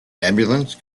ambulance